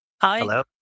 Hi